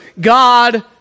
God